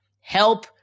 Help